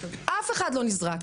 אף אחד לא נזרק,